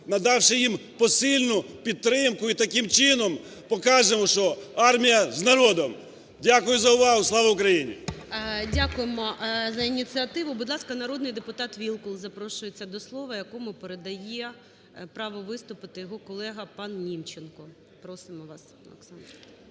надавши їм посильну підтримку і таким чином покажемо, що армія з народом. Дякую за увагу. Слава Україні! ГОЛОВУЮЧИЙ. Дякуємо за ініціативу. Будь ласка, народний депутат Вілкул запрошується до слова, якому передає право виступу його колега пан Німченко. Просимо вас, Олександр.